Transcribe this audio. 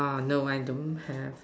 wonder why I don't have